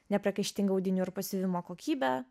nepriekaištinga audinių ir pasiuvimo kokybė